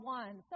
one